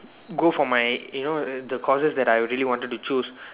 go for my you know the courses that I really wanted to choose